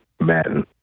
madden